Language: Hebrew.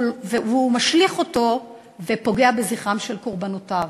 והוא משליך אותו ופוגע בזכרם של קורבנותיו?